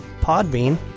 .podbean